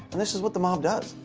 and this is what the mob does.